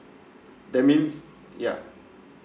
the means yup